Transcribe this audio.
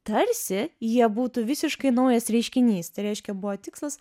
tarsi jie būtų visiškai naujas reiškinys tai reiškia buvo tikslas